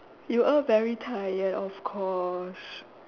you are very tired of course